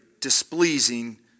displeasing